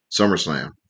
SummerSlam